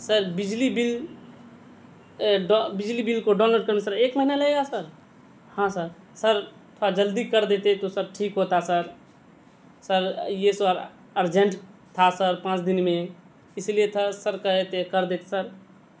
سر بجلی بل بجلی بل کو ڈاؤن لوڈ کرنے سر ایک مہینہ لگے گا سر ہاں سر سر تھوڑا جلدی کر دیتے تو سر ٹھیک ہوتا سر سر یہ سر ارجنٹ تھا سر پانچ دن میں اسی لیے تھا سر کہتے کر دیتے سر